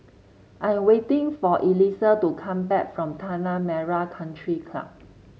I am waiting for Elisa to come back from Tanah Merah Country Club